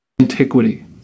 Antiquity